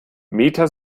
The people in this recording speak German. meta